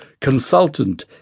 consultant